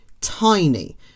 tiny